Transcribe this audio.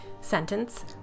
sentence